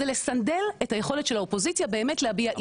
זה לסנדל את היכולת של האופוזיציה באמת להביע אי אמון.